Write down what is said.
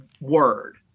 word